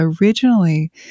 originally